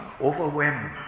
overwhelmed